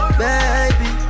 baby